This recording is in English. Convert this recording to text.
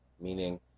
Meaning